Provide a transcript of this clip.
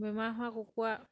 বেমাৰ হোৱা কুকুৰা